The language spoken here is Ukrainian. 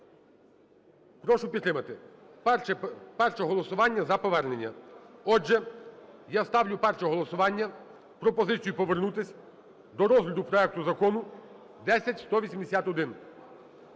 прошу підтримати. Перше голосування - за повернення. Отже, я ставлю перше голосування - пропозицію повернутись до розгляду проекту закону 10181.